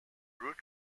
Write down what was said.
root